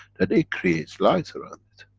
that it creates lights around it.